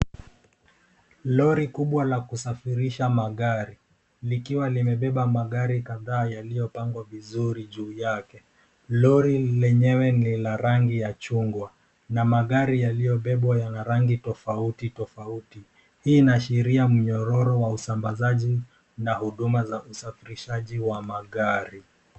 Lori kubwa la kusafirisha magari, likiwa limebeba magari kadhaa yaliyopangwa vizuri juu yake. Lori lenyewe ni la rangi ya chungwa na magari yaliyobebwa yana rangi tofauti tofauti. Hii inaashiria mnyororo wa usambazaji na huduma za usafirishaji wa magari.